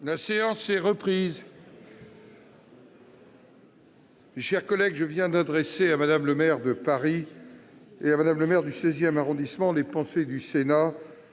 La séance est reprise. Mes chers collègues, je viens d'adresser à Mme le maire de Paris et à Mme le maire du XVI arrondissement les pensées du Sénat